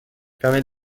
permet